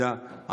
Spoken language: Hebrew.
מד"א,